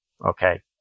Okay